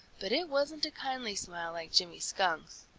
but it wasn't a kindly smile like jimmy skunk's.